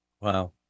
wow